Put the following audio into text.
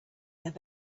their